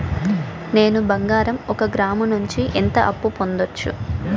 నేను బంగారం ఒక గ్రాము నుంచి ఎంత అప్పు పొందొచ్చు